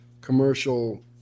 commercial